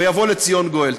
ויבוא לציון גואל.